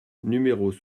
numéros